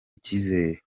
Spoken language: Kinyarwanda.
icyizere